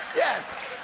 yes,